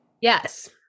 Yes